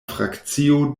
frakcio